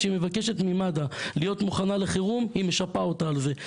כשהיא מבקשת ממד"א להיות מוכנה לחירום היא משפה אותה על זה.